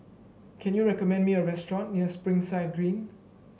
can you recommend me a restaurant near Springside Green